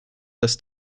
dass